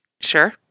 Sure